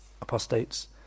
apostates